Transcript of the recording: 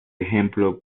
ejemplo